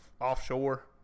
offshore